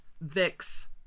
vix